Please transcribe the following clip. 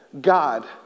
God